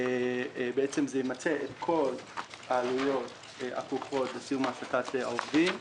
ימצה את כל העלויות הכרוכות בסיום העסקת העובדים,